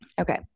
Okay